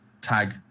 tag